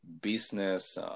business